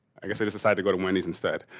i guess they just decide to go to wendy's instead.